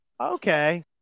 Okay